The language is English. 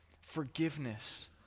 Forgiveness